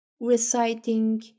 reciting